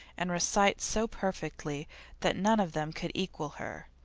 and recite so perfectly that none of them could equal her,